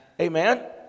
Amen